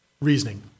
reasoning